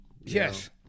Yes